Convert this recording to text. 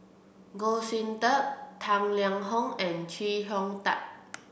Goh Sin Tub Tang Liang Hong and Chee Hong Tat